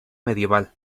medieval